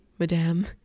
madame